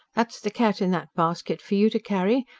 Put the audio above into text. that's the cat in that basket, for you to carry,